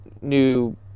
new